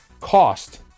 cost